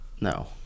No